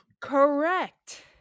Correct